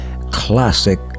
classic